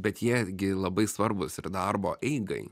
bet jie gi labai svarbūs ir darbo eigai